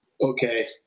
Okay